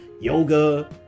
yoga